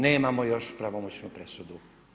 Nemamo još pravomoćnu presudu.